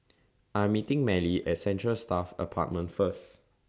I'm meeting Marely At Central Staff Apartment First